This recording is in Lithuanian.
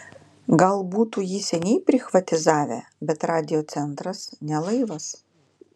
gal būtų jį seniai prichvatizavę bet radijo centras ne laivas